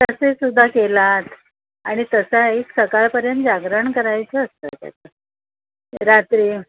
तसे सुद्धा केलात आणि तसा एक सकाळपर्यंत जागरण करायचं असतं त्याचं रात्री